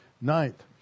Ninth